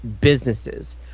businesses